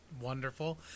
wonderful